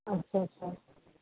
আচ্ছা আচ্ছা